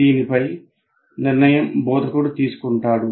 దీనిపై నిర్ణయం బోధకుడు తీసుకుంటాడు